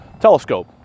telescope